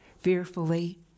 fearfully